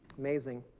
amazing